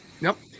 Nope